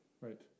Right